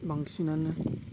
बांसिनानो